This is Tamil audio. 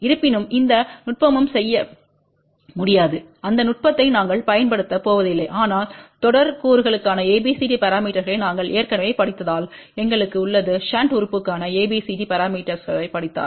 இருப்பினும் எந்த நுட்பமும் செய்ய முடியாத அந்த நுட்பத்தை நாங்கள் பயன்படுத்தப் போவதில்லை ஆனால் தொடர் கூறுகளுக்கான ABCD பரமீட்டர்ஸ்ளை நாங்கள் ஏற்கனவே படித்ததால் எங்களுக்கும் உள்ளது ஷன்ட் உறுப்புக்கான ABCD பரமீட்டர்ஸ்ளைப் படித்தார்